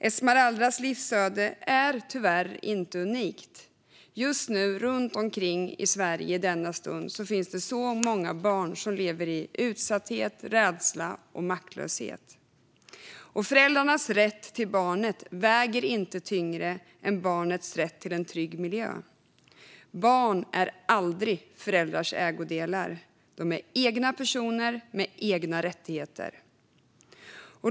Esmeraldas livsöde är tyvärr inte unikt. Runt omkring i Sverige finns det i denna stund så många barn som lever i utsatthet, rädsla och maktlöshet. Föräldrarnas rätt till barnet väger inte tyngre än barnets rätt till en trygg miljö. Barn är aldrig föräldrars ägodelar. De är egna personer med egna rättigheter.